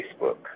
Facebook